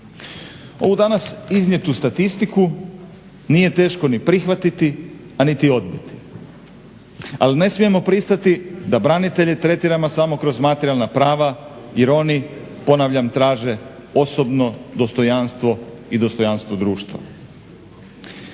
Ovu danas iznijetu statistiku nije teško ni prihvatiti, a niti odbiti. Ali ne smijemo pristati da branitelje tretiramo samo kroz materijalna prava jer oni, ponavljam, traže osobno dostojanstvo i dostojanstvo društva.